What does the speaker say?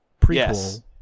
prequel